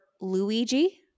Luigi